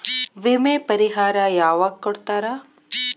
ವಿಮೆ ಪರಿಹಾರ ಯಾವಾಗ್ ಕೊಡ್ತಾರ?